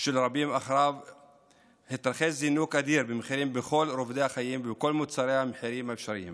אחריו התרחש זינוק אדיר בכל רובדי החיים ובכל מוצרי המחיה האפשריים